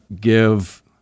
give